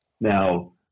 now